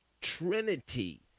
trinity